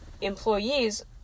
employees